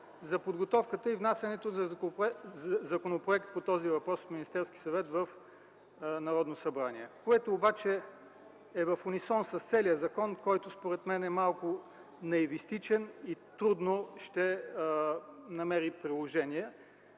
за подготовката и внасянето на законопроект по този въпрос в Министерския съвет, в Народното събрание. Това обаче е в унисон с целия закон, който според мен е малко наивистичен и трудно ще намери приложение.